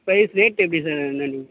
price rate எப்படி sir